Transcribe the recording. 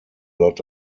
lot